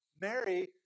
Mary